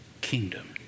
kingdom